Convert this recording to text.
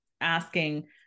asking